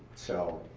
so,